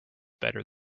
better